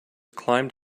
climbed